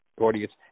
audience